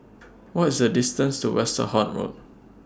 What IS The distance to Westerhout Road